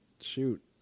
shoot